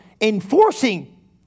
enforcing